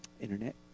internet